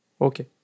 Okay